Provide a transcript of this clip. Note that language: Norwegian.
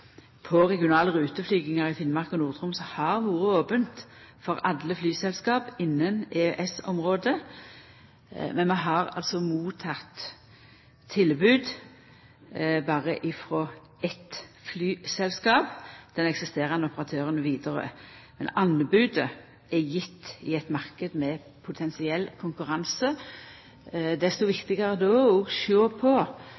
på regionale ruteflygingar på Finnmark og Nord-Troms har vore ope for alle flyselskap innanfor EØS-området. Men vi har altså berre motteke tilbod frå eitt flyselskap – den eksisterande operatøren, Widerøe. Men anbodet er gjeve i ein marknad med potensiell konkurranse. Då er det desto